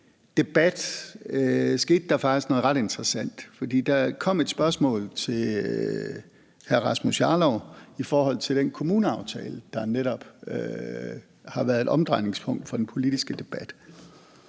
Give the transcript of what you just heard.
der faktisk noget ret interessant, for der kom et spørgsmål til hr. Rasmus Jarlov i forhold til den kommuneaftale, der netop har været et omdrejningspunkt for den politiske debat.